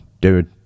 dude